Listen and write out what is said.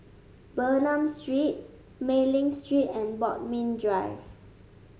Bernam Street Mei Ling Street and Bodmin Drive